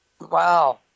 Wow